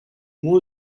moins